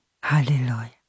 Hallelujah